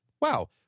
wow